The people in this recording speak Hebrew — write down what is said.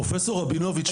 פרופ' רבינוביץ,